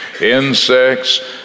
insects